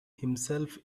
himself